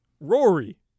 Rory